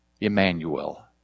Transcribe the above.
Emmanuel